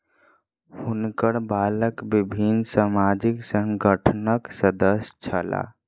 हुनकर बालक विभिन्न सामाजिक संगठनक सदस्य छला